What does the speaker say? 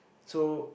so